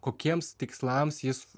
kokiems tikslams jis